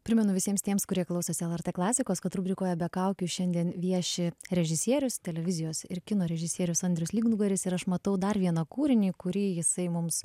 primenu visiems tiems kurie klausosi lrt klasikos kad rubrikoje be kaukių šiandien vieši režisierius televizijos ir kino režisierius andrius lygnugaris ir aš matau dar vieną kūrinį kurį jisai mums